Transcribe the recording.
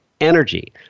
energy